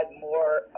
more